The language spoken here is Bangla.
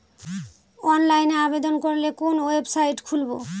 অনলাইনে আবেদন করলে কোন ওয়েবসাইট খুলব?